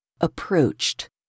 approached